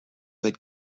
that